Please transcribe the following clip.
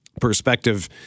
perspective